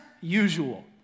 usual